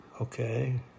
Okay